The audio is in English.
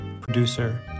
producer